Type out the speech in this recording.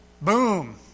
Boom